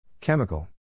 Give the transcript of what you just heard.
Chemical